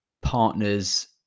partner's